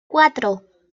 cuatro